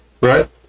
right